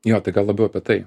jo tai gal labiau apie tai